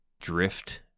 drift